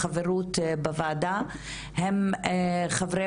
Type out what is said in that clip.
החברות בוועדה הם חברי